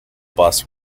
bus